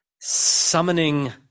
summoning